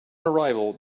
arrival